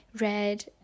red